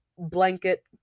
blanket